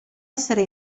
essere